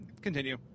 Continue